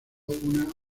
una